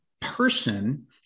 person